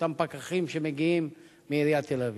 אותם פקחים שמגיעים מעיריית תל-אביב.